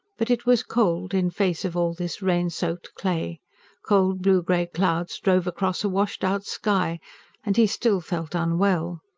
but it was cold, in face of all this rain-soaked clay cold blue-grey clouds drove across a washed-out sky and he still felt unwell.